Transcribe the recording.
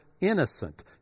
innocent